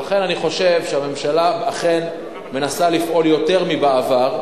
לכן אני חושב שהממשלה אכן מנסה לפעול יותר מבעבר.